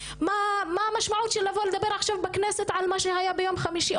מה המשמעות של לבוא לדבר עכשיו בכנסת על מה שהיה ביום חמישי,